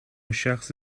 شخص